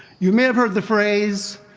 you may have heard the phrase,